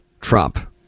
Trump